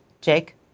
Jake